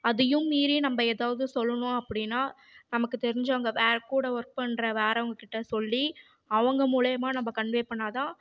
அதையும் மீறி நம்ம ஏதாவது சொல்லணும் அப்படினா நமக்கு தெரிஞ்சவங்க கூட ஒர்க் பண்ற வேறவுங்கள்கிட்ட சொல்லி அவங்க மூலயமா நம்ம கன்வே பண்ணால்தான்